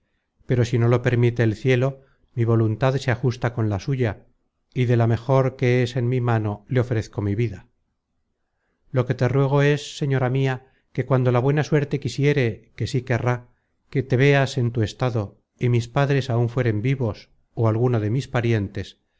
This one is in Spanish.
pero si no lo permite el cielo mi voluntad se ajusta con la suya y de la mejor que es en mi mano le ofrezco mi vida lo que te ruego es señora mia que cuando la buena suerte quisiere que sí querrá que te veas en tu estado y mis padres áun fueren vivos ó alguno de mis parientes